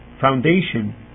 foundation